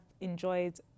enjoyed